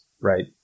Right